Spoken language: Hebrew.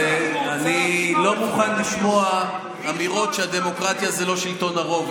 ואני לא מוכן לשמוע אמירות שהדמוקרטיה זה לא שלטון הרוב,